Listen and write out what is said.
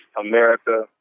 america